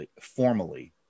formally